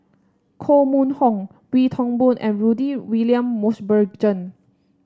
Koh Mun Hong Wee Toon Boon and Rudy William Mosbergen